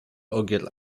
ogier